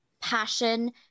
passion